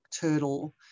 turtle